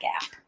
gap